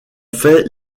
fait